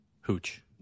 hooch